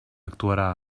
actuarà